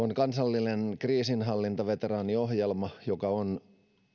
on kansallinen kriisinhallintaveteraaniohjelma joka on